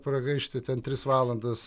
pragaišti ten tris valandas